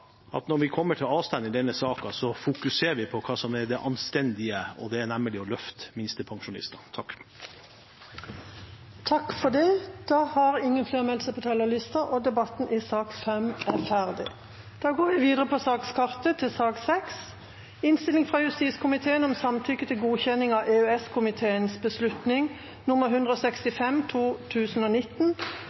seg. Når vi kommer til avstemning i denne saken, håper jeg at vi fokuserer på hva som er det anstendige, og det er nemlig å løfte minstepensjonistene. Flere har ikke bedt om ordet til sak nr. 5. Saken dreier seg om samtykke til godkjenning av EØS-komiteens beslutning nr. 165/2019 av 14. juni 2019